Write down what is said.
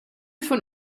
von